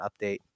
update